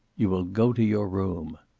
you will go to your room.